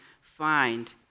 find